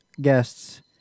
guests